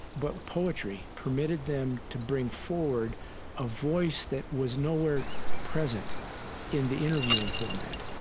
but poetry permitted them to bring forward a voice that was nowhere present in the interviewing format.